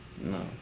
No